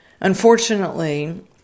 Unfortunately